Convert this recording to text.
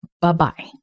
Bye-bye